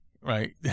right